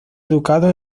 educado